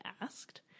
asked